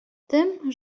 tym